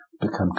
become